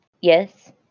Yes